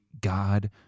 God